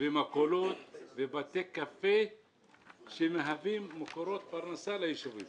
מכולות ובתי קפה שמהווים מקורות פרנסה ליישובים